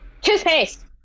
Toothpaste